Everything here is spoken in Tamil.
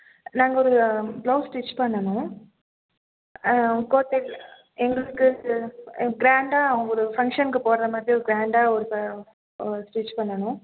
நாங்கள் ஒரு ப்ளவுஸ் ஸ்டிட்ச் பண்ணணும் ஆ கோத்தகிரியில் எங்களுக்கு க்ராண்டாக ஒரு ஃபங்க்ஷனுக்கு போடுற மாதிரி க்ராண்டாக ஒரு ஸ்டிட்ச் பண்ணணும்